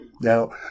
Now